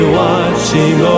watching